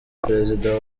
perezida